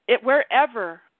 wherever